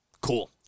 Cool